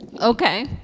Okay